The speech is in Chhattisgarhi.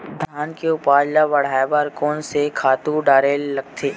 धान के उपज ल बढ़ाये बर कोन से खातु डारेल लगथे?